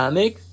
make